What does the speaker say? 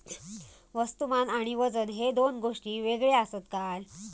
वस्तुमान आणि वजन हे दोन गोष्टी वेगळे आसत काय?